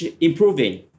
improving